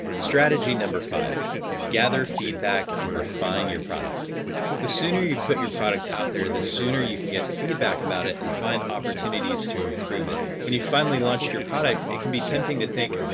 strategy five gather feedback and refine your product the sooner you put your product out there, the sooner you can get feedback about it and find opportunities to improve it. when you've finally launched your product, it can be tempting to think,